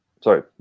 sorry